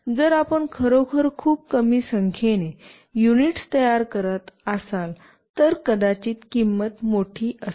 जर आपण खरोखर खूप कमी संख्येने युनिट्स तयार करत असाल तर कदाचित किंमत मोठी असेल